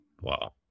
wow